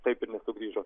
taip ir nesugrįžo